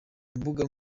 mbuga